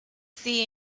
see